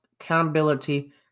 accountability